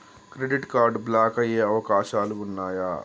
Credit card block అయ్యే అవకాశాలు ఉన్నయా?